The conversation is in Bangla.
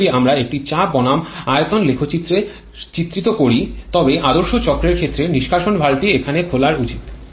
এখন যদি আমরা একটি চাপ বনাম আয়তন লেখচিত্রের চিত্রিত করি তবে আদর্শ চক্রের ক্ষেত্রে নিষ্কাশন ভালভটি এখানে খোলা উচিত